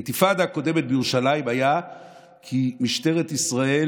האינתיפאדה הקודמת בירושלים הייתה כי משטרת ישראל